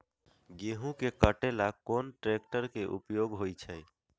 गेंहू के कटे ला कोंन ट्रेक्टर के उपयोग होइ छई?